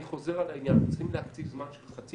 אני חוזר על העניין: צריך להקציב זמן של חצי